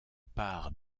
part